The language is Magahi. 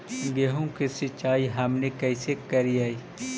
गेहूं के सिंचाई हमनि कैसे कारियय?